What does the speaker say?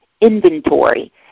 inventory